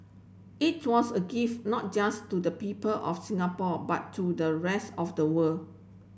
it was a gift not just to the people of Singapore but to the rest of the world